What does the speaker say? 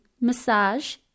massage